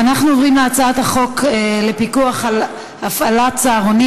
אנחנו עוברים להצעת החוק לפיקוח על הפעלת צהרונים,